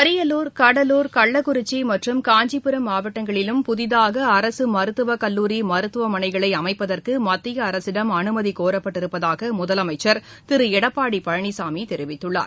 அரியலூர் கடலூர் கள்ளக்குறிச்சிமற்றும் காஞ்சிபுரம் மாவட்டங்களிலும் புதிதாகஅரசுமருத்துவக்கல்லூரி மருத்துவமனைகளைஅமைப்பதற்குமத்தியஅரசிடம் அமைதிகோரப்பட்டிருப்பதாகமுதலமைச்சர் திருளடப்பாடிபழனிசாமிதெரிவித்துள்ளார்